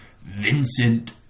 Vincent